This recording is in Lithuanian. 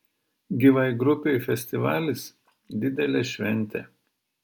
gyvai grupei festivalis didelė šventė